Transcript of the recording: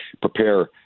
prepare